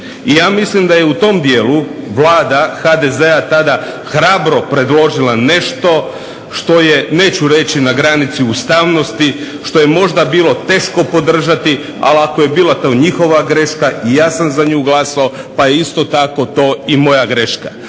I ja mislim da je u tom dijelu Vlada HDZ-a hrabro predložila nešto što je, neću reći na granici ustavnosti, što je možda bilo teško podržati ali ako je bila njihova greška ja sam za nju glasovao pa je isto tako to i moja greška,